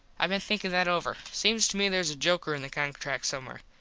i been thinkin that over. seems to me theres a joker in the contract somewhere.